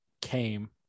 came